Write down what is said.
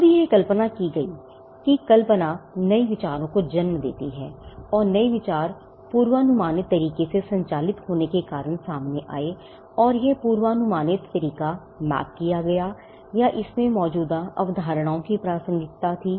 अब यह कल्पना की गई थी कि कल्पना नए विचारों को जन्म देती है और नए विचार पूर्वानुमानित तरीके से संचालित होने के कारण सामने आए और यह पूर्वानुमानित तरीका मैप किया गया या इसमें मौजूदा अवधारणाओं की प्रासंगिकता थी